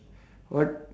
what